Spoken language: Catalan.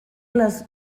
les